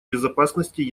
безопасности